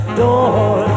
door